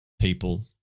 people